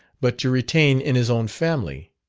but to retain in his own family